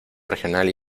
regional